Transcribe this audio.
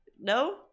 no